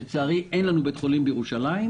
לצערי אין לנו בית חולים בירושלים,